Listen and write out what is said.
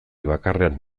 bakarrean